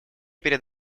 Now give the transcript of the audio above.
перед